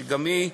שגם היא,